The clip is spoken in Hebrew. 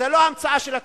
זאת לא המצאה של התקשורת.